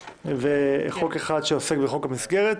וחוק אחד שעוסק בחוק המסגרת.